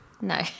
No